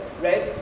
right